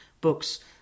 books